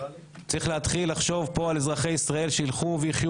צריך להתחיל לחשוב פה על אזרחי ישראל שילכו ויחיו